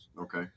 Okay